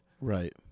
right